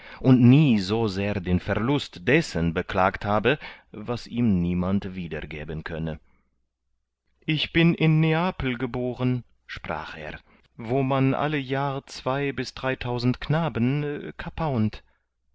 und nie so sehr den verlust dessen beklagt habe was ihm niemand wiedergeben könne ich bin in neapel geboren sprach er wo man alle jahr zwei bis dreitausend knaben kapaunt